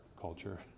culture